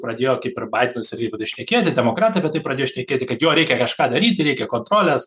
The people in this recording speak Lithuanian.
pradėjo kaip ir baidenas irgi apie tai šnekėt ir demokratai apie tai pradėjo šnekėti kad jo reikia kažką daryti reikia kontrolės